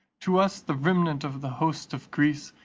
to us, the remnant of the host of greece,